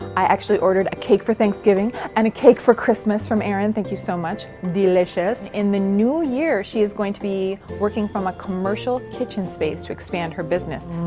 i actually ordered a cake for thanksgiving and a cake for christmas from erinn, thank you so much, delicious! in the new year she is going to be working from a commercial kitchen space to expand her business.